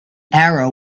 arrow